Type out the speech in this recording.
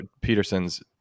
Peterson's